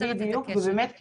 בדיוק ובאמת,